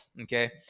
Okay